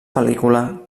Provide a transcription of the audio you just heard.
pel·lícula